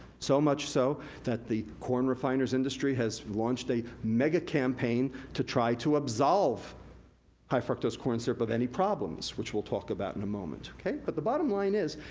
so much so that the corn refiners industry has launched a mega-campaign to try to absolve high fructose corn syrup of any problems, which we'll talk about in a moment. but the bottom line is,